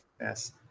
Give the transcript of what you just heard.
Yes